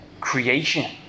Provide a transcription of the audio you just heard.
creation